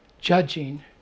judging